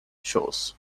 shows